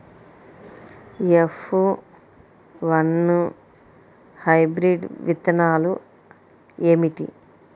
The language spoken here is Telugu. ఎఫ్ వన్ హైబ్రిడ్ విత్తనాలు ఏమిటి?